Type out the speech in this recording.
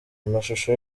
amashusho